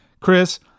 Chris